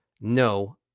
no